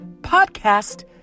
podcast